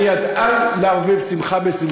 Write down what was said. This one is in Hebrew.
לא לערבב שמחה בשמחה.